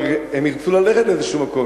והרי הם ירצו ללכת לאיזה מקום,